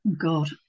God